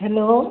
hello